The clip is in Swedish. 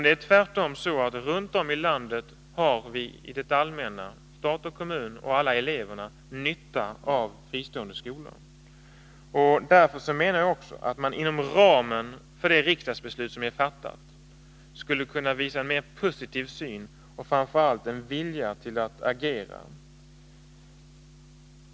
Det är tvärtom så, att runt om i landet har vi, det allmänna, stat och kommun och alla eleverna, nytta av fristående skolor. Därför menar jag också att man inom ramen för det riksdagsbeslut som vi har fattat skulle kunna visa en mer positiv syn och framför allt en större vilja att agera.